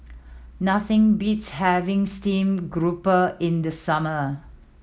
nothing beats having steamed grouper in the summer